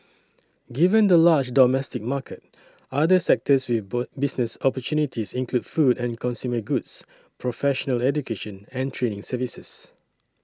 given the large domestic market other sectors with business opportunities include food and consumer goods professional education and training services